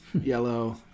yellow